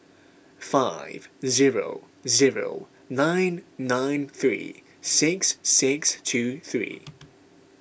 five zero zero nine nine three six six two three